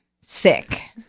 sick